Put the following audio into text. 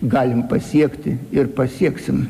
galime pasiekti ir pasieksim